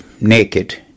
naked